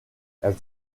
elle